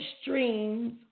streams